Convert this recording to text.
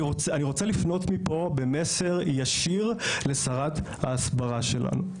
אני רוצה לפנות מפה במסר ישיר לשרת ההסברה שלנו,